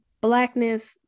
Blackness